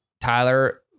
Tyler